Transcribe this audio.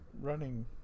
running